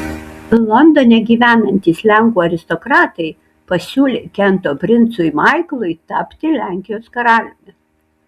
londone gyvenantys lenkų aristokratai pasiūlė kento princui maiklui tapti lenkijos karaliumi